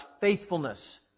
faithfulness